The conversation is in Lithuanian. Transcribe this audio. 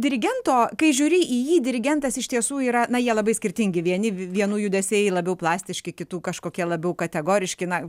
dirigento kai žiūri į jį dirigentas iš tiesų yra na jie labai skirtingi vieni vienų judesiai labiau plastiški kitų kažkokie labiau kategoriški na